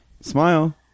smile